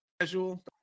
casual